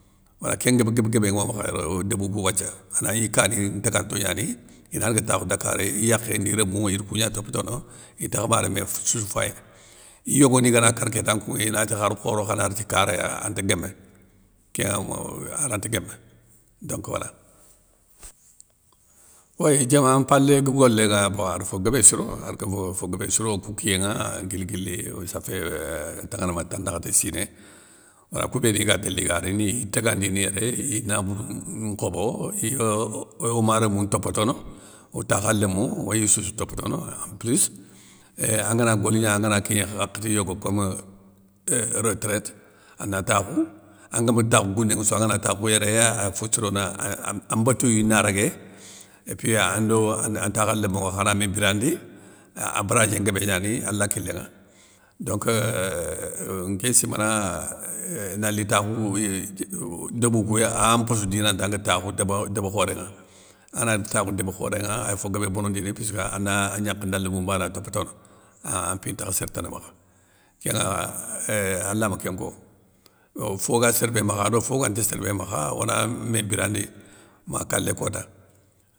Wéy kén nguéb guébé nŋo makh yéré ya o débou kou wathia, anagni kani ntaganto gnani inadaga takhou dakar iyakhé ndi rémou ine kougna topetono, intakhe ma réméssou fayini, iyogoni ngana kar kéta nkounŋa inati khar khoro khana riti karaya anta guémé, kénŋa aranta guémé donc wala. Wéy diaman mpalé golénŋa ar fo guébé siro ar kofo fo guébé siro okou kiyénŋa guil guili sa fé euuh ay tanŋana ma tanankhté siné wala kou béni ga télé iga rini i taguandini yéré i nabourou nkhobo, iyeu o marémou ntopotono o takha lémou, oyissoussou topotono, en plus ééeh angana goligna angana kigné hakhati yogo kom euuh retraite, ana takhou, angama takhou gounénŋa sou angana yéré ya ay fo sirono na an mbétouyou na régué, épui ando an takhalémo ŋa khana mé birandi, ah baradié nguébé gnani allah kilé ŋa, donc euuhnkéy simana, euuh na lo takhou débou kouya ayan mpossou dinanta nga takhou, déb débkhorénŋa, angana daga takhou débkhorénŋa, ay fo guébé bonondini puisskeu ana a gnakhé nda lémou mbana topitono, an an mpi takha sér tane makha kénŋa allah ma kénko,. Yo fo ga sér bé makha ado fo guanta sér bé makha ona mé birandi, ma kalé kota.